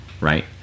right